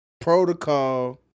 protocol